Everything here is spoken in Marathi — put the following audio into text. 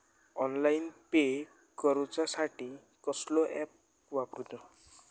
ऑनलाइन पे करूचा साठी कसलो ऍप वापरूचो?